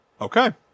okay